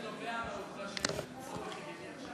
רק שאלה: אתה לא חושב שזה נובע מהעובדה שיש לזה צורך מיידי?